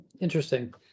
Interesting